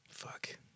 Fuck